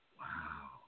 wow